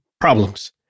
problems